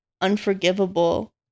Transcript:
unforgivable